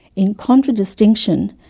in contradistinction,